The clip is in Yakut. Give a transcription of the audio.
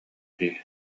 дии